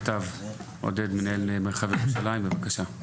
עודד ברמה, מנהל מרחב ירושלים עמותת מטב, בבקשה.